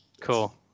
Cool